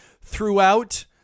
throughout